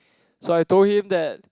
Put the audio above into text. so I told him that